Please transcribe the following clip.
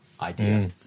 idea